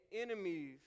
enemies